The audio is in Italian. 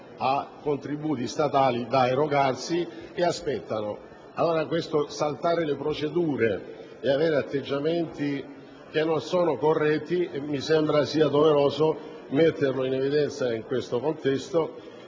a contributi statali da erogarsi e aspettano. Questo saltare le procedure e avere atteggiamenti che non sono corretti mi sembra doveroso metterlo in evidenza, richiamando